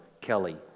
Kelly